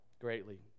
greatly